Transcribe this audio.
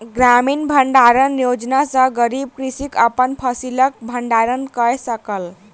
ग्रामीण भण्डारण योजना सॅ गरीब कृषक अपन फसिलक भण्डारण कय सकल